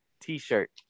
t-shirt